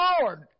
Lord